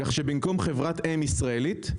כך שבמקום חברת אם ישראלית,